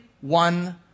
one